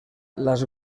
las